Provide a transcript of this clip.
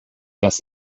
das